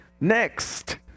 Next